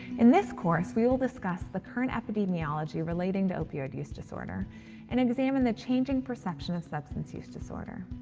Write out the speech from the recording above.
in this course, we will discuss the current epidemiology relating to opioid use disorder and examine the changing perception of substance use disorder.